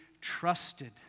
trusted